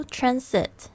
Transit